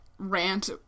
rant